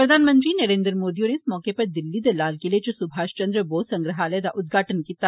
प्रधानमंत्री नरेन्द्र मोदी होरें इस मौके दिल्ली दे लाल किले च सुभाश चंद्र बोस संग्रहालय दा उद्घाटन कीता